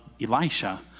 Elisha